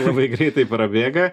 labai greitai prabėga